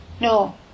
No